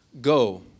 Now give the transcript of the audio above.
Go